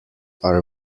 are